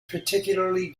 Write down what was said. particularly